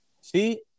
See